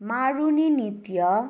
मारुनी नृत्य